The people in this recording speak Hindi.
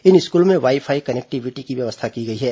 इन स्कूलों में वाई फाई कनेक्टिविटी की व्यवस्था की गई है